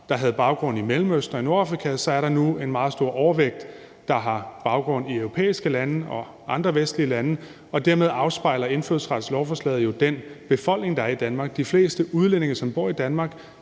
der havde baggrund i Mellemøsten og i Nordafrika, på lovforslagene om indfødsret, så er der nu en meget stor overvægt, der har baggrund i europæiske lande og andre vestlige lande, og dermed afspejler indfødsretslovforslaget jo den befolkning, der er i Danmark. De fleste udlændinge, som bor i Danmark,